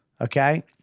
Okay